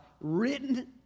written